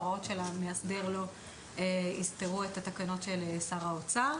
ההוראות של המאסדר לא יסתרו את התקנות של שר האוצר.